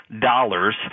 dollars